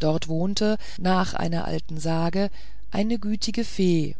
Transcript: dort wohnte nach einer alten sage eine gütige fee